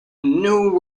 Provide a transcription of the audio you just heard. new